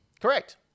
Correct